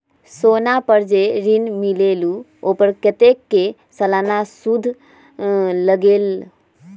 सोना पर जे ऋन मिलेलु ओपर कतेक के सालाना सुद लगेल?